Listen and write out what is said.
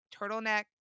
turtleneck